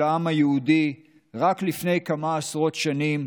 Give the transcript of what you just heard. העם היהודי רק לפני כמה עשרות שנים,